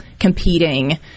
competing